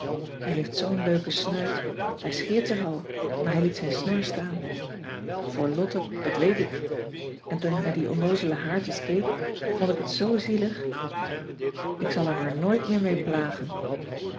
hij heeft zoo'n leuk snuit hij scheert zich al maar hij liet zijn snor staan voor lotte dat weet ik en toen ik naar die onnoozele haartjes keek vond ik het zoo zielig ik zal er hem nooit meer mee plagen